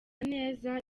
neza